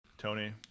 Tony